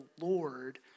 Lord